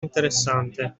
interessante